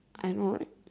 I know right